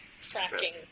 tracking